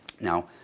now